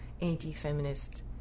anti-feminist